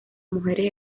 mujeres